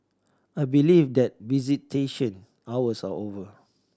I believe that visitation hours are over